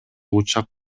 учак